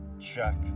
Check